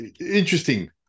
interesting